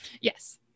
yes